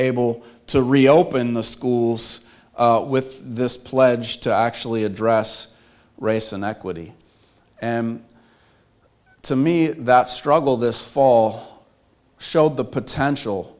able to reopen the schools with this pledge to actually address race and equity to me that struggle this fall showed the potential